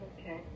Okay